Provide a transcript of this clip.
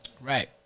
Right